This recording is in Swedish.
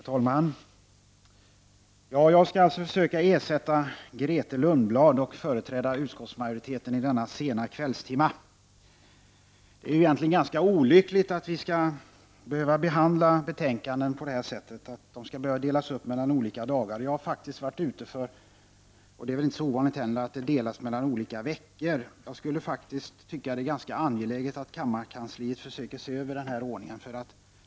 Herr talman! Jag skall alltså försöka ersätta Grethe Lundblad och företräda utskottsmajoriteten i denna sena kvällstimma. Det är egentligen ganska olyckligt att vi skall behöva behandla betänkandet i en debatt uppdelad mellan två dagar. Jag har varit med om att man delat upp betänkanden mellan olika veckor, det är väl inte så ovanligt. Jag skulle faktiskt tycka att det var ganska angeläget att kammarkansliet försökte se över ordningen.